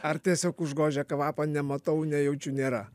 ar tiesiog užgožia kvapą nematau nejaučiu nėra